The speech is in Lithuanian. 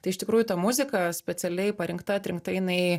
tai iš tikrųjų ta muzika specialiai parinkta atrinkta jinai